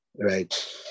right